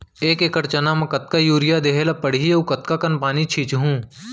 एक एकड़ चना म कतका यूरिया देहे ल परहि अऊ कतका कन पानी छींचहुं?